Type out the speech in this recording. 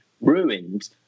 ruined